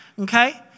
okay